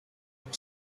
pour